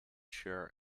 sure